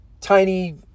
tiny